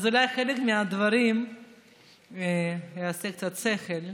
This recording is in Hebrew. אז אולי חלק מהדברים יעשו קצת שכל,